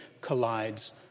collides